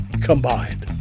combined